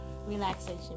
relaxation